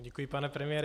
Děkuji, pane premiére.